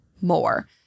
more